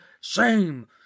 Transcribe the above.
shame